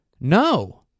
no